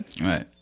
Right